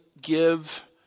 give